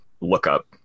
lookup